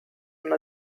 and